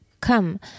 Come